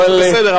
בסדר,